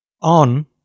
on